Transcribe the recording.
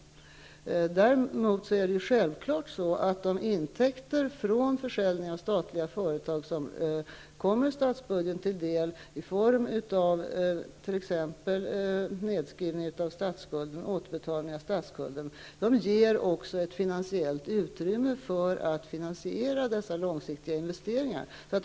Däremot är det självfallet så att de intäkter från försäljning av statliga företag som kommer statsbudgeten till del i form av t.ex. nedskrivning av statsskulden, återbetalning av statsskulden, också ger ett finansiellt utrymme för att finansiera dessa långsiktiga investeringar.